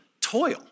toil